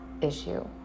issue